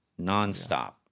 nonstop